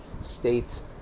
states